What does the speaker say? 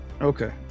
okay